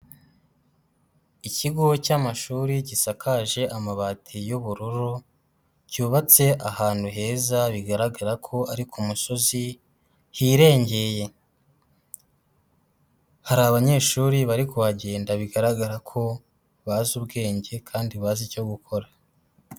Ikigo cy'amashuri gisakaje amabati y'ubururu, cyubatse ahantu heza bigaragara ko ari ku musozi hirengeye, hari abanyeshuri bari kuhagenda bigaragara ko bazi ubwenge kandi bazi icyo gukora.